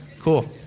Cool